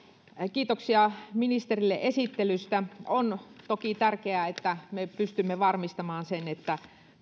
kiitoksia ministerille esittelystä on toki tärkeää että me pystymme varmistamaan sen että